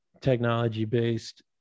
technology-based